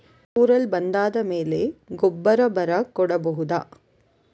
ಕುರಲ್ ಬಂದಾದ ಮೇಲೆ ಗೊಬ್ಬರ ಬರ ಕೊಡಬಹುದ?